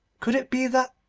could it be that?